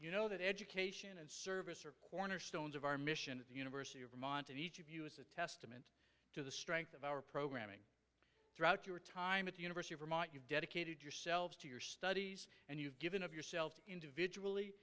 you know that education and service are cornerstones of our mission at the university of vermont and each of you is a testament to the strength of our programming throughout your time at the university of vermont you've dedicated yourselves to your studies and you've given of yourself to individually